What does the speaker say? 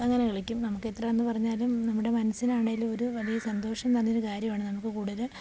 അങ്ങനെ കളിക്കും നമുക്ക് എത്രയെന്ന് പറഞ്ഞാലും നമ്മുടെ മനസ്സിനാണെങ്കിലും ഒരു വലിയ സന്തോഷം തരുന്നൊരു കാര്യമാണ് നമുക്ക് കൂടുതലും